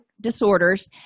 disorders